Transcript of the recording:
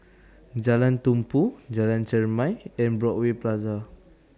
Jalan Tumpu Jalan Chermai and Broadway Plaza